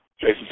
Jason